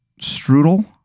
strudel